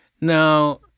Now